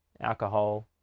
alcohol